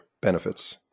benefits